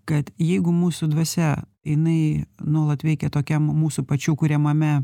kad jeigu mūsų dvasia jinai nuolat veikia tokiam mūsų pačių kuriamame